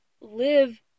live